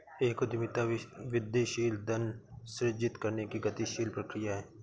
एक उद्यमिता वृद्धिशील धन सृजित करने की गतिशील प्रक्रिया है